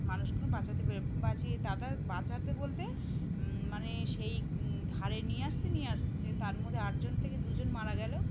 মানুষগুলো বাঁচাতে পেরে বাঁচিয়ে তারা বাঁচাতে বলতে মানে সেই ধারে নিয়ে আসতে নিয়ে আসতে তার মধ্যে আটজন থেকে দুজন মারা গেল